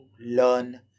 learn